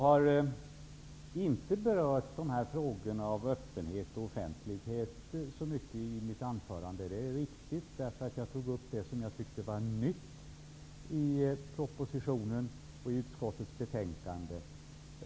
Det är riktigt att jag inte berörde frågorna om öppenhet och offentlighet så mycket i mitt huvudanförande. Jag tog upp det som jag tyckte var nytt i propositionen och i utskottets betänkande.